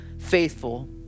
faithful